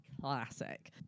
Classic